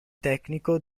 tecnico